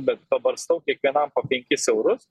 bet pabarstau kiekvienam po penkis eurus